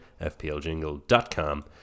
fpljingle.com